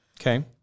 Okay